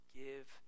give